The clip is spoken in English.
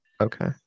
Okay